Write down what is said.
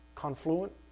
Confluent